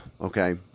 okay